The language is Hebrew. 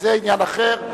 זה עניין אחר.